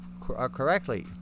correctly